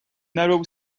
narrow